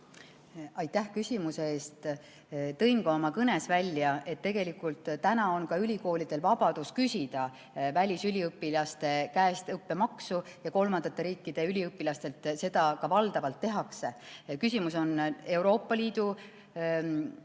Aitäh küsimuse eest! Tõin ka oma kõnes välja, et tegelikult tänagi on ülikoolidel vabadus küsida välisüliõpilaste käest õppemaksu ja kolmandate riikide üliõpilaste puhul seda ka valdavalt tehakse. Küsimus on Euroopa Liidu